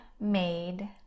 made